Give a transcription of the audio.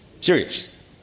Serious